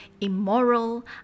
immoral